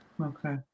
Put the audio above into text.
Okay